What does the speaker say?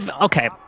Okay